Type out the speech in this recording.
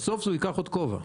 בסוף הוא ייקח עוד כובע.